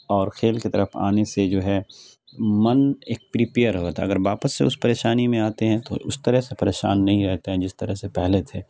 اور کھیل کی طرف آنے سے جو ہے من ایک پریپئر ہوتا ہے اگر واپس سے اس پریشانی میں آتے ہیں تو اس طرح سے پریشان نہیں رہتے ہیں جس طرح سے پہلے تھے